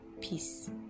Peace